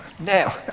Now